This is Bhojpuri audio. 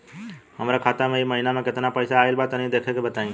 हमरा खाता मे इ महीना मे केतना पईसा आइल ब तनि देखऽ क बताईं?